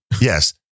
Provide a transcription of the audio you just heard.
Yes